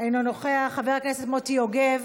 אינו נוכח, חבר הכנסת מוטי יוגב,